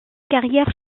carrière